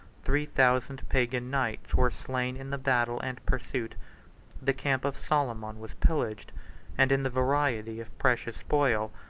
three thousand pagan knights were slain in the battle and pursuit the camp of soliman was pillaged and in the variety of precious spoil,